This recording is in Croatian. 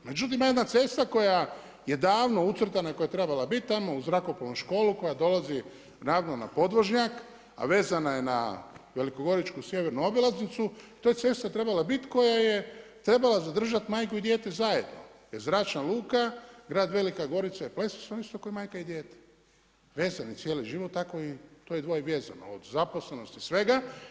Međutim ima jedna cesta koja je davno ucrtana koja je trebala biti tamo uz zrakoplovnu školu koja dolazi ravno na podvožnjak, a vezana je na velikogoričku sjevernu obilaznicu, to je cesta trebala biti koja je trebala zadržati majku i dijete zajedno jer zračna luka, grad Velika Gorica i Pleso su vam isto ko majka i dijete, vezani za cijeli život tako je to dvoje vezano od zaposlenosti i svega.